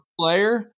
player